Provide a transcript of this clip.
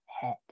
head